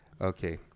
Okay